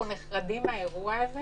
אנחנו נחרדים מהאירוע הזה